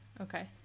okay